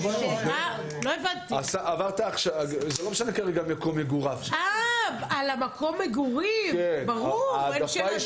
חושבת שאתם כגוף רגולטורי של הממשלה יכולים